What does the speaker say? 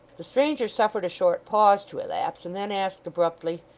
the stranger suffered a short pause to elapse, and then asked abruptly,